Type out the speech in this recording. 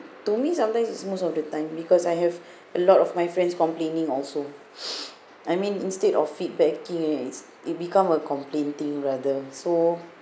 to me sometimes is most of the time because I have a lot of my friends complaining also I mean instead of feedbacking right it's it become a complain thing rather so